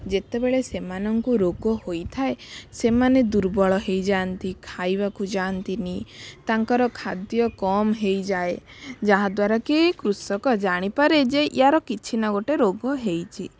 ଯେତେବେଳେ ସେମାନଙ୍କୁ ରୋଗ ହୋଇଥାଏ ସେମାନେ ଦୁର୍ବଳ ହେଇଯାଆନ୍ତି ଖାଇବାକୁ ଯାଆନ୍ତିନି ତାଙ୍କର ଖାଦ୍ୟ କମ୍ ହେଇଯାଏ ଯାହାଦ୍ୱାରା କି କୃଷକ ଜାଣିପାରେ ଯେ ୟାର କିଛି ନା ଗୋଟେ ରୋଗ ହେଇଛି